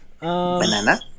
Banana